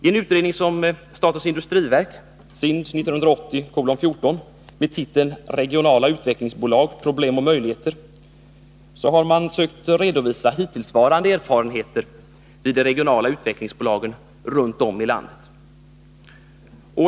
I en utredning från statens industriverk med titeln Regionala utvecklingsbolag — problem och möjligheter har man sökt redovisa hittillsvarande erfarenheter vid de regionala utvecklingsbolagen runt om i landet.